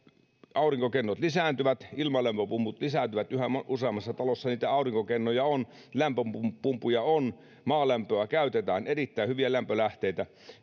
aurinkokennot lisääntyvät ilmalämpöpumput lisääntyvät yhä useammassa talossa niitä aurinkokennoja on lämpöpumppuja on maalämpöä käytetään erittäin hyviä lämpölähteitä